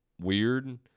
weird